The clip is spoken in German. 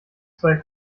zwei